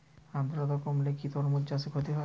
আদ্রর্তা কমলে কি তরমুজ চাষে ক্ষতি হয়?